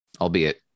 albeit